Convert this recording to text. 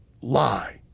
lie